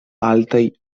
altaj